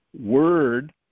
word